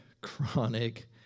chronic